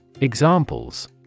Examples